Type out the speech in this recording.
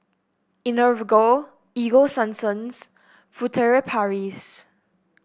Enervon Ego Sunsense Furtere Paris